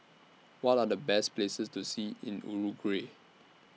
What Are The Best Places to See in Uruguay